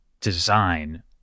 design